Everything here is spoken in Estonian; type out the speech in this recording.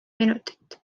minutit